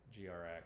GRX